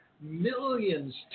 millions